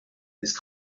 his